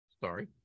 Sorry